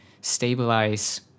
stabilize